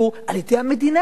על-ידי המדינה,